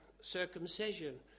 circumcision